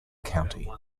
county